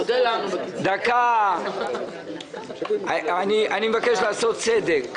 שי, אני מבקש לעשות צדק.